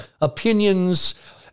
opinions